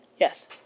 Yes